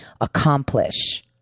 accomplish